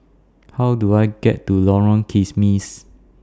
How Do I get to Lorong Kismis